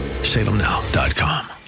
salemnow.com